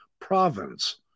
province